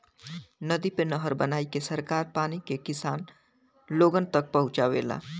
नदी पे नहर बनाईके सरकार पानी के किसान लोगन तक पहुंचावेला